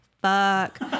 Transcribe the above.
fuck